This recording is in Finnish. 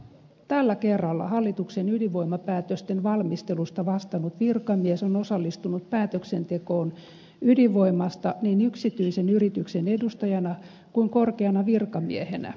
tällä kerralla hallituksen ydinvoimapäätösten valmistelusta vastannut virkamies on osallistunut päätöksentekoon ydinvoimasta niin yksityisen yrityksen edustajana kuin myös korkeana virkamiehenä